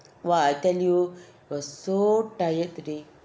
!wah! I tell you was so tired today